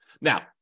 Now